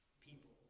people